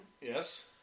Yes